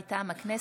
מטעם הכנסת,